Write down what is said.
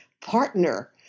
partner